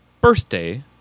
birthday